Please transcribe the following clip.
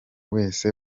wese